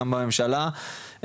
גם בממשלה,